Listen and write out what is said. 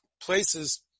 places